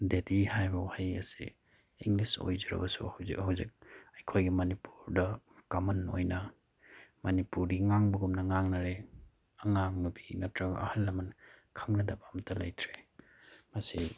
daddy ꯍꯥꯏꯕ ꯋꯥꯍꯩ ꯑꯁꯤ ꯏꯪꯂꯤꯁ ꯑꯣꯏꯖꯔꯕꯁꯨ ꯍꯧꯖꯤꯛ ꯍꯧꯖꯤꯛ ꯑꯩꯈꯣꯏꯒꯤ ꯃꯅꯤꯄꯨꯔꯗ ꯀꯃꯟ ꯑꯣꯏꯅ ꯃꯅꯤꯄꯨꯔꯤ ꯉꯥꯡꯕꯒꯨꯝꯅ ꯉꯥꯡꯅꯔꯦ ꯑꯉꯥꯡ ꯅꯨꯄꯤ ꯅꯠꯇ꯭ꯔꯒ ꯑꯍꯜ ꯂꯃꯟ ꯈꯪꯅꯗꯕ ꯑꯃꯠꯇ ꯂꯩꯇ꯭ꯔꯦ ꯃꯁꯤ